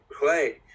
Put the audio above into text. play